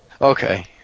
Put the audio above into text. Okay